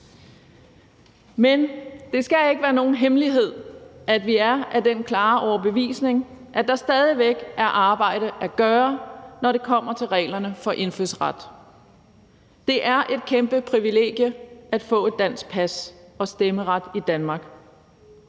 Men det skal ikke være nogen hemmelighed, at vi er af den klare overbevisning, at der stadig væk er arbejde at gøre, når det kommer til reglerne for indfødsret. Det er et kæmpe privilegie at få et dansk pas og stemmeret i Danmark,